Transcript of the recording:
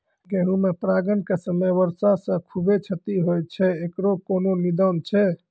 गेहूँ मे परागण के समय वर्षा से खुबे क्षति होय छैय इकरो कोनो निदान छै?